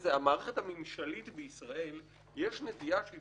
במערכת הממשל בישראל יש נטייה שהיא